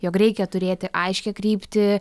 jog reikia turėti aiškią kryptį